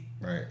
right